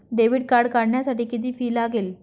Debit card काढण्यासाठी किती fee लागते?